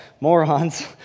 morons